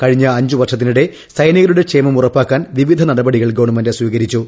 കഴിഞ്ഞ അഞ്ച് വർഷത്തിനിടെ സൈനികരുടെ ക്ഷേമം ഉറപ്പാക്കാൻ വിവിധ നടപടികൾ ഗവൺമെന്റ് സ്വീകരിച്ചു